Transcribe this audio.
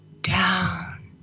down